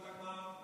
אני מנותק מהעם?